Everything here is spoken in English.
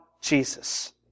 Jesus